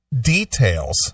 details